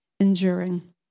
enduring